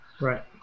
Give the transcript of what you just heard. Right